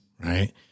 right